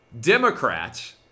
Democrats